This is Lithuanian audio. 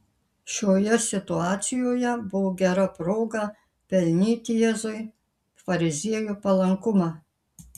šioje situacijoje buvo gera proga pelnyti jėzui fariziejų palankumą